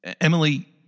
Emily